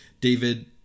David